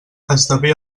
esdevé